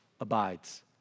abides